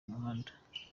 muhanda